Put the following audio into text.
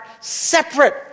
separate